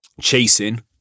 chasing